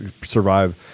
survive